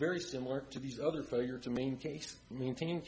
very similar to these other failure to maintain maintain